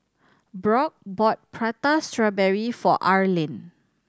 Brock bought Prata Strawberry for Arlen